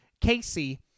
Casey